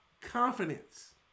confidence